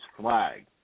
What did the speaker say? flag